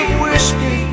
whiskey